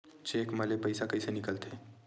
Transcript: Cheque म ले पईसा कइसे निकलथे?